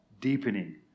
deepening